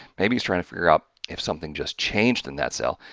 maybe he's trying to figure out, if something just changed in that cell.